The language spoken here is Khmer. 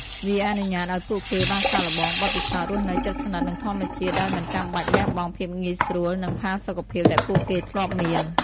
វាអនុញ្ញាតឲ្យពួកគេបានសាកល្បងបទពិសោធន៍រស់នៅជិតស្និទ្ធនឹងធម្មជាតិដោយមិនចាំបាច់លះបង់ភាពងាយស្រួល និងផាសុកភាពដែលពួកគេធ្លាប់មាន។